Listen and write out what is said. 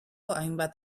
hainbat